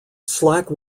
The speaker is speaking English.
slack